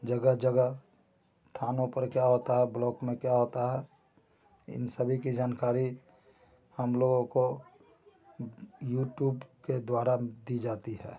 जगह जगह थानों पर क्या होता है ब्लॉक में क्या होता है इन सभी की जानकारी हम लोगों को यूटूप के द्वारा दी जाती है